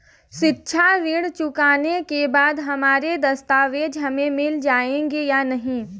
शिक्षा ऋण चुकाने के बाद हमारे दस्तावेज हमें मिल जाएंगे या नहीं?